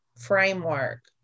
framework